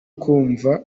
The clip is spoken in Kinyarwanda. kumva